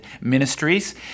ministries